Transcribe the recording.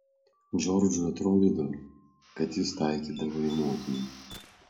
džordžui atrodydavo kad jis taikydavo į motiną